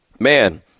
Man